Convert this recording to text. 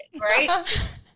Right